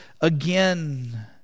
again